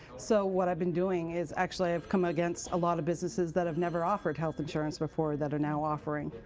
so what i've been doing is actually i've come against a lot of businesses that have never offered health insurance before that are now offer, and